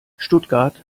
stuttgart